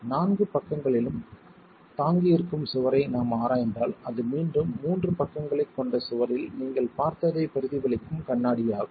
4 பக்கங்களிலும் தாங்கியிருக்கும் சுவரை நாம் ஆராய்ந்தால் அது மீண்டும் 3 பக்கங்களைக் கொண்ட சுவரில் நீங்கள் பார்த்ததைப் பிரதிபலிக்கும் கண்ணாடியாகும்